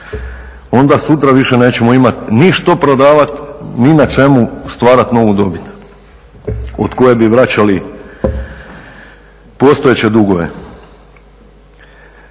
onda sutra više nećemo imati ništa prodavati ni na čemu stvarati novu dobit od koje bi vraćali postojeće dugove.